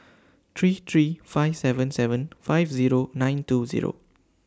three three five seven seven five Zero nine two Zero